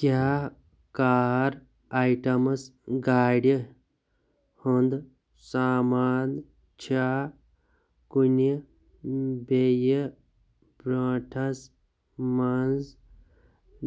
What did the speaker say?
کیٛاہ car items گاڑِ ہُنٛد سامان چھا کُنہِ بیٚیہِ برنٹھس منٛز